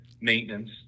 maintenance